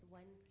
one